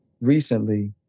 recently